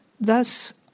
thus